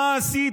מה עשית,